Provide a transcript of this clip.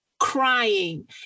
Crying